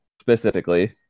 specifically